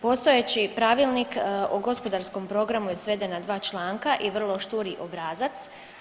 Postojeći pravilnik o gospodarskom programu je sveden na dva članka i vrlo šturi obrazac.